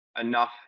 enough